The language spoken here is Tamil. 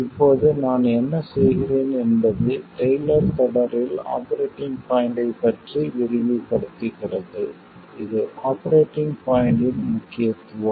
இப்போது நான் என்ன செய்கிறேன் என்பது டெய்லர் தொடரில் ஆபரேட்டிங் பாய்ண்ட்டைப் பற்றி விரிவுபடுத்துகிறது இது ஆபரேட்டிங் பாய்ண்ட்டின் முக்கியத்துவம்